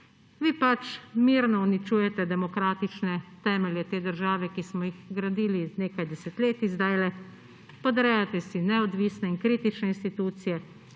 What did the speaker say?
Vi pač mirno uničujete demokratične temelje te države, ki smo jih gradili nekaj desetletij, podrejate si neodvisne in kritične institucije,